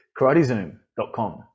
karatezoom.com